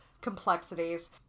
complexities